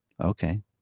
okay